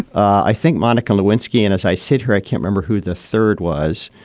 i think monica lewinsky. and as i sit here, i can't rember who the third was.